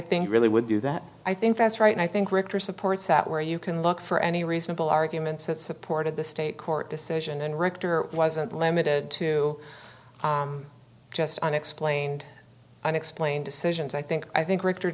think really would do that i think that's right and i think richter supports that where you can look for any reasonable arguments that supported the state court decision and rector it wasn't limited to just unexplained unexplained decisions i think i think rich